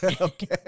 Okay